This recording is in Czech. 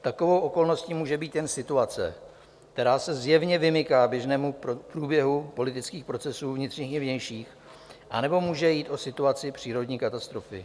Takovou okolností může být jen situace, která se zjevně vymyká běžnému průběhu politických procesů vnitřních i vnějších, anebo může jít o situaci přírodní katastrofy.